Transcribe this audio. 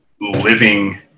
living